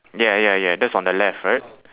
ya ya ya that's on the left right